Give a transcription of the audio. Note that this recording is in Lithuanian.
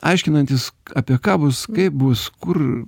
aiškinantis apie ką bus kaip bus kur